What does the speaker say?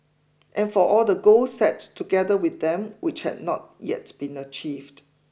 and for all the goals set together with them which had not yet been achieved